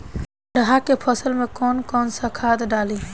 अरहा के फसल में कौन कौनसा खाद डाली?